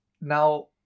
Now